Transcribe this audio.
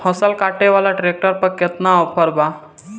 फसल काटे वाला ट्रैक्टर पर केतना ऑफर बा?